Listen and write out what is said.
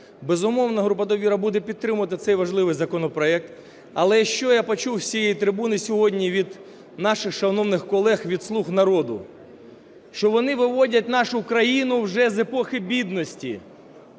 Безумовно, група "Довіра" буде підтримувати цей важливий законопроект. Але що я почув з цієї трибуни сьогодні від наших шановних колег, від "слуг народу". Що вони виводять нашу країну вже з епохи бідності.